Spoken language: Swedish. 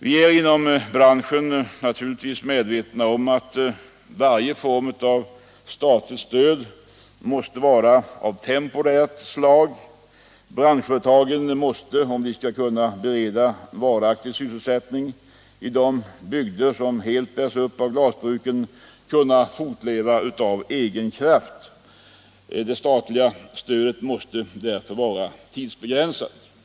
Vi är inom branschen naturligtvis medvetna om att varje form av statligt stöd måste vara temporärt. Branschföretagen måste, om vi skall kunna bereda varaktig sysselsättning i de bygder som bärs upp av glasbruken, kunna fortleva av egen kraft. Det statliga stödet måste därför vara tidsbegränsat.